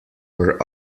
were